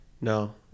No